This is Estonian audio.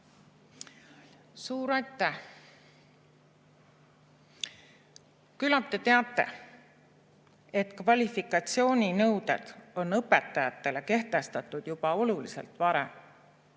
Suur aitäh! Küllap te teate, et kvalifikatsiooninõuded on õpetajatele kehtestatud juba oluliselt varem.